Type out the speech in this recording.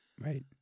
Right